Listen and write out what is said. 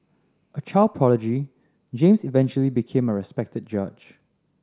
a child prodigy James eventually became a respected judge